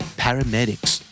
paramedics